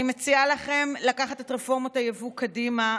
אני מציעה לכם לקחת את רפורמות היבוא קדימה.